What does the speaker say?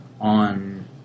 on